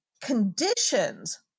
conditions